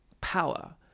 power